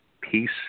peace